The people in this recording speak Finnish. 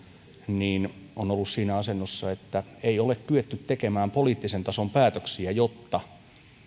on ollut siinä asennossa että ei ole kyetty tekemään poliittisen tason päätöksiä jotta